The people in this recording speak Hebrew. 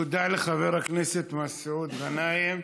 תודה לחבר הכנסת מסעוד גנאים.